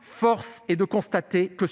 Force est de constater que